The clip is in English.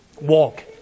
walk